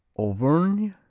auvergne,